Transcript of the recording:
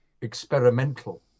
experimental